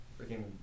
freaking